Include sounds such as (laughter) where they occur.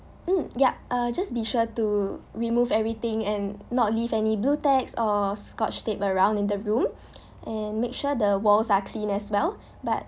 mm yup uh just be sure to remove everything and not leave any blue tapes or scotch tape around in the room (breath) and make sure the walls are clean as well (breath) but